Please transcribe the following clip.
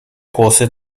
kłosy